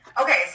Okay